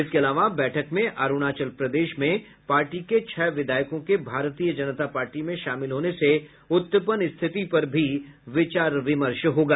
इसके अलावा बैठक में अरुणाचल प्रदेश में पार्टी के छह विधायकों के भारतीय जनता पार्टी में शामिल होने से उत्पन्न स्थिति पर भी विचार विमर्श होगा